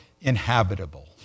inhabitable